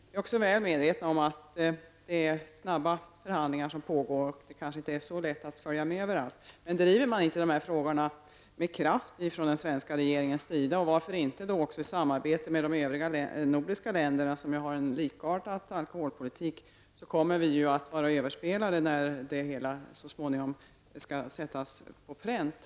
Jag är väl medveten om att det är snabba förhandlingar som pågår och att det kanske inte är så lätt att följa med överallt. Driver man inte dessa frågor med kraft från den svenska regeringens sida? Varför då inte i samarbete med de övriga nordiska länderna som har en likartad alkoholpolitik? Annars kommer vi att vara överspelade när det hela så småningom skall sättas på pränt.